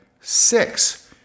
six